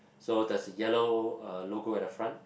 so there's a yellow uh logo at the front